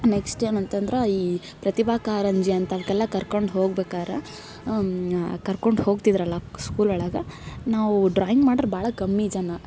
next ಏನಂತಂದ್ರ ಈ ಪ್ರತಿಭಾ ಕಾರಂಜಿ ಅಂತವ್ಕೆಲ್ಲ ಕರ್ಕೊಂಡು ಹೋಗ್ಬೇಕಾರೆ ಕರ್ಕೊಂಡು ಹೋಗ್ತಿದ್ರಲ್ಲಾ ಸ್ಕೂಲ್ ಒಳಗೆ ನಾವು ಡ್ರಾಯಿಂಗ್ ಮಾಡೋರು ಭಾಳ ಕಮ್ಮಿ ಜನ